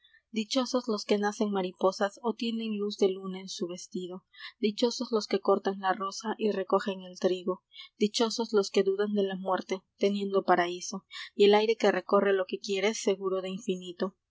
dichosos los que nacen mariposas d nen luz luna en su vestido i lchosos los que cortan la rosa acogen el trigo l lchosos los que dudan de la muerte uniendo paraíso el aire que recorre lo que quiere eguro de infinito